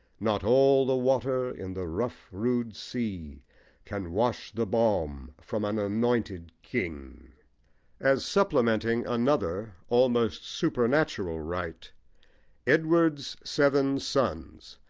not all the water in the rough rude sea can wash the balm from an anointed king as supplementing another, almost supernatural, right edward's seven sons,